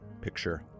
Picture